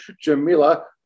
Jamila